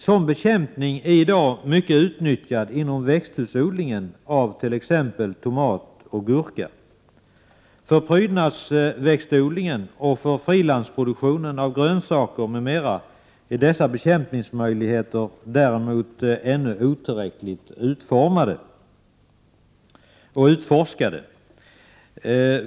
Sådan bekämpning är i dag mycket utnyttjad inom växthusod lingen av t.ex. tomat och gurka. För prydnadsväxtodlingen och för frilandsproduktionen av grönsaker m.m. är dessa bekämpningsmöjligheter ännu otillräckligt utforskade och utformade.